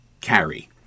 carry